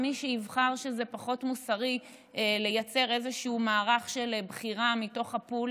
מי שיבחר לומר שזה פחות מוסרי לייצר איזשהו מערך של בחירה מתוך ה"פול"